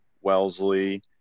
wellesley